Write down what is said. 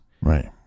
Right